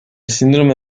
síndrome